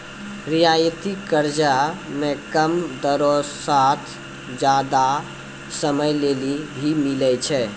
रियायती कर्जा मे कम दरो साथ जादा समय लेली भी मिलै छै